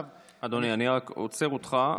אדוני, אני רק עוצר אותך,